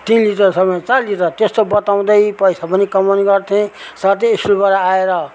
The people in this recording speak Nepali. तिन लिटर छ भने चार लिटर त्यस्तो बताउँदै पैसा पनि कमाउने गर्थेँ साथै स्कुलबटा आएर